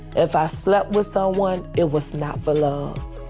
if i slept with someone, it was not for love.